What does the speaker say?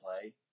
play